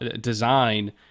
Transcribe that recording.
design